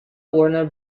warner